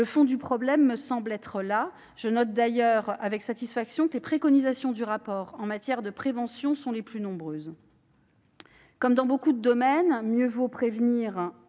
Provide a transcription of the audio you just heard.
Le fond du problème me semble être là. Je note d'ailleurs avec satisfaction que les préconisations du rapport en matière de prévention sont les plus nombreuses. Dans beaucoup de domaines, mieux vaut prévenir